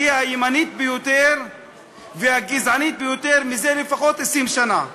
שהיא הימנית ביותר והגזענית ביותר מזה 20 שנה לפחות.